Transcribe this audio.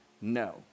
No